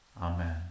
Amen